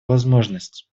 возможность